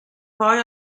poi